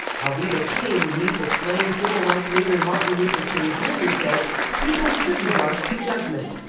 alveda king, niece of slain civil rights leader martin luther king, jr, says people shouldn't rush to judgment.